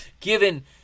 given